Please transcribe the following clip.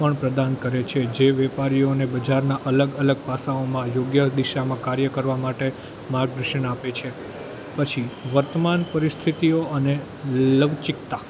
પણ પ્રદાન કરે છે જે વેપારીઓને બજારના અલગ અલગ પાસાઓમાં યોગ્ય દિશામાં કાર્ય કરવા માટે માર્ગદર્શન આપે છે પછી વર્તમાન પરિસ્થિતિઓ અને લવચિકતા